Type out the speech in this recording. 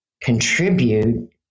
contribute